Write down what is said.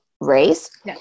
race